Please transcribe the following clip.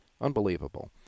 Unbelievable